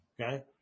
Okay